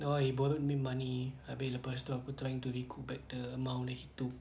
no he borrowed me money abeh lepastu aku trying to recoup back the amount that he took